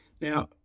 Now